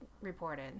reported